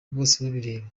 bosebabireba